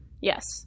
yes